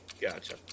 Gotcha